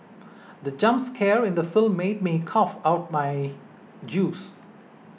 the jump scare in the film made me cough out my juice